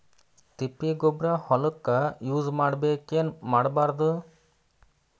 ತಿಪ್ಪಿಗೊಬ್ಬರ ಹೊಲಕ ಯೂಸ್ ಮಾಡಬೇಕೆನ್ ಮಾಡಬಾರದು?